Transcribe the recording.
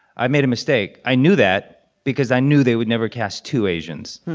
i made a mistake. i knew that because i knew they would never cast two asians.